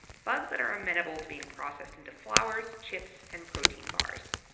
bugs that are amenable to being processed into flours chips, and protein bars.